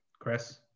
Chris